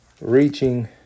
Reaching